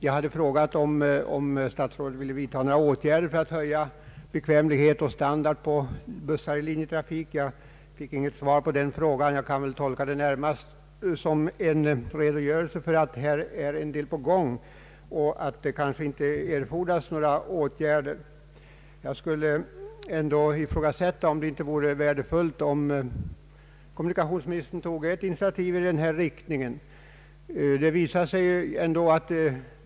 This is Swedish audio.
Jag hade frågat om statsrådet ville vidta några åtgärder för att öka passagerarnas bekvämlighet och standarden i övrigt på bussar i linjetrafik. Jag fick inget svar på den frågan, men jag kan väl tolka det svar jag fick närmast som en redogörelse för vad som pågår på området. Det kanske inte erfordras några åtgärder enligt statsrådets mening, men jag vill ändå ifrågasätta om det inte vore värdefullt att kommunikationsministern tog ett initiativ i den av mig önskade riktningen.